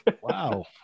Wow